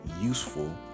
useful